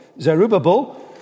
Zerubbabel